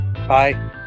Bye